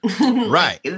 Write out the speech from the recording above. Right